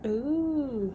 oo